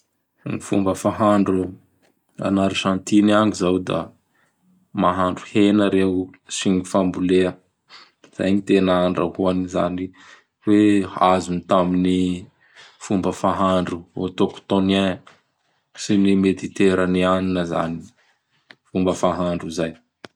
Gny fomba fahandro an'Arzantiny agny zao da mahandro hena reo sy gn fambolea. Zay gny tena andrahoany zany. Hoe azony tamin'ny fomba fahandro Ötoctônien sy ny Mediteranianina zany fomba fahandro zay.